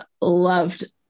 loved